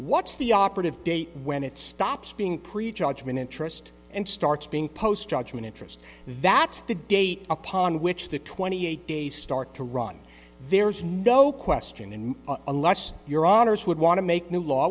what's the operative date when it stops being pre judgment interest and starts being post judgment interest that's the date upon which the twenty eight days start to run there's no question and unless your honour's would want to make new law